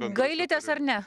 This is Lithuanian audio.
gailitės ar ne